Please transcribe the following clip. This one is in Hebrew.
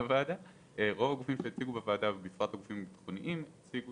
הבין-משרדית ובפרט הגופים הביטחוניים הצהירו